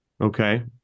Okay